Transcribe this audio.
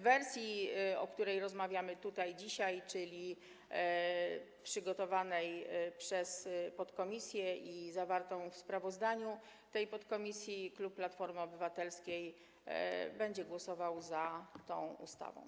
W wersji, o której rozmawiamy tutaj dzisiaj, czyli przygotowanej przez podkomisję i zawartej w sprawozdaniu tej podkomisji, klub Platforma Obywatelska będzie głosował za tą ustawą.